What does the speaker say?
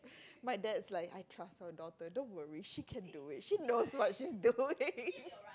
my dad's like I trust my daughter don't worry she can do it she knows what she's doing